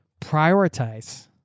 Prioritize